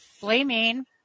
blaming